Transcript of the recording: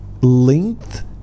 length